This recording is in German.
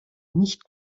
nicht